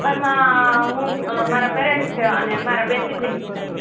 ઘરમાં હું મારા પેરેન્ટ્સ છે અને મારા બે સિબ્લિંગ્સ છે